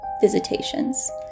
visitations